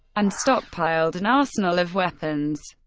and stockpiled an arsenal of weapons.